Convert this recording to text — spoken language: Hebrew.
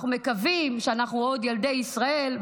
אנחנו מקווים שאנחנו עוד ילדי ישראל,